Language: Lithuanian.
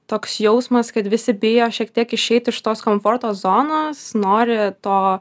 toks jausmas kad visi bijo šiek tiek išeit iš tos komforto zonos nori to